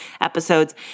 episodes